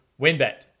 WinBet